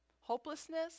hopelessness